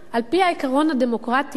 על-פי העיקרון הדמוקרטי,